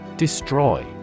Destroy